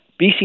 bc